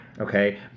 Okay